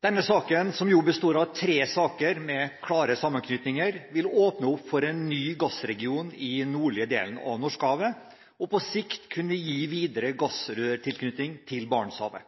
Denne saken, som jo består av tre saker med klare sammenknytninger, vil åpne opp for en ny gassregion i den nordlige delen av Norskehavet og på sikt kunne gi en videre gassrørtilknytning til Barentshavet.